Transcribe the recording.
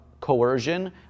coercion